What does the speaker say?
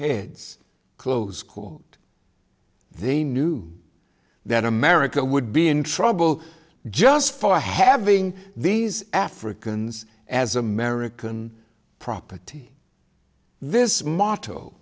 heads close school they knew that america would be in trouble just for having these africans as american property this motto